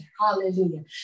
Hallelujah